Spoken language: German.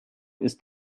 ist